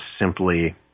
simply